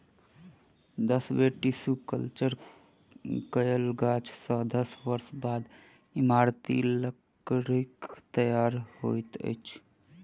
दस बेर tissue culture कयल गाछ सॅ दस वर्ष बाद इमारती लकड़ीक तैयार होइत अछि